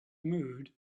mood